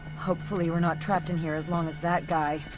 hopefully we're not trapped in here as long as that guy.